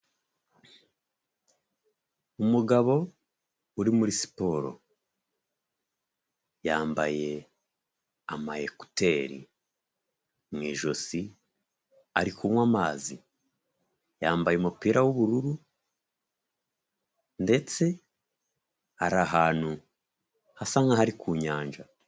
Umugabo uri muri siporo, yambaye ama ekuteri mu ijosi ari kunywa amazi, yambaye umupira w'ubururu ndetse ari ahantu hasa nkaho ari ku nyanja.